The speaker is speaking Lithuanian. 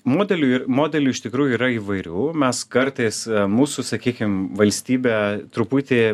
modelių ir modelių iš tikrųjų yra įvairių mes kartais mūsų sakykim valstybė truputį